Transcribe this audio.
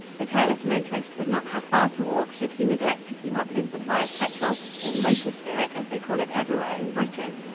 the careless motorist would not have far to walk should he neglect to keep up his supply of petrol or motor spirit, as they call it everywhere in britain.